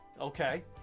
Okay